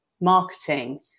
marketing